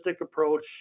approach